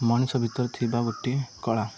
ମଣିଷ ଭିତରେ ଥିବା ଗୋଟିଏ କଳା